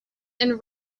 and